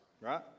right